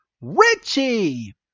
Richie